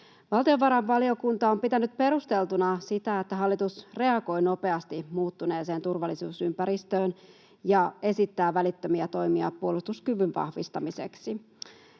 Valtiovarainvaliokunta on pitänyt perusteltuna sitä, että hallitus reagoi nopeasti muuttuneeseen turvallisuusympäristöön ja esittää välittömiä toimia puolustuskyvyn vahvistamiseksi.